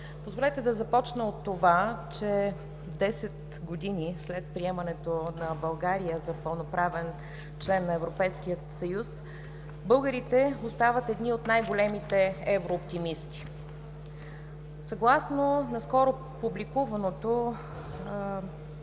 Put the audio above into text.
Позволете да започна от това, че десет години след приемането на България за пълноправен член на Европейския съюз българите остават едни от най-големите еврооптимисти. Съгласно наскоро публикуваното